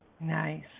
Nice